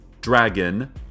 dragon